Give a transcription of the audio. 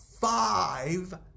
five